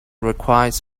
requires